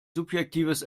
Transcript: subjektives